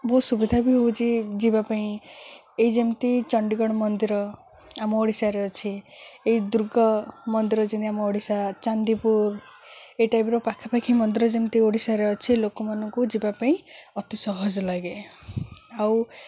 ବହୁତ ସୁବିଧା ବି ହଉଛି ଯିବା ପାଇଁ ଏଇ ଯେମିତି ଚଣ୍ଡୀଗଡ଼ ମନ୍ଦିର ଆମ ଓଡ଼ିଶାରେ ଅଛି ଏଇ ଦୁର୍ଗ ମନ୍ଦିର ଯେମିତି ଆମ ଓଡ଼ିଶା ଚାନ୍ଦିପୁର ଏଇ ଟାଇପ୍ର ପାଖାପାଖି ମନ୍ଦିର ଯେମିତି ଓଡ଼ିଶାରେ ଅଛି ଲୋକମାନଙ୍କୁ ଯିବା ପାଇଁ ଅତି ସହଜ ଲାଗେ ଆଉ